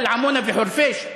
בגלל עמונה וחורפיש,